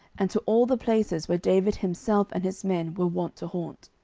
and to all the places where david himself and his men were wont to haunt.